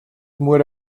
muere